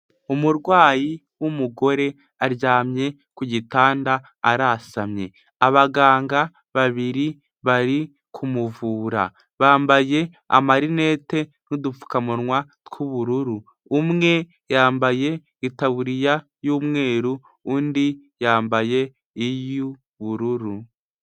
Umurwayi w'umugore aryamye ku gitanda arasamye, abaganga babiri bari kumuvura bambaye amarinete n'udupfukamunwa tw'ubururu, umwe yambaye itaburiya y'umweru undi yambaye iy'ubururu.